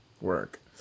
Work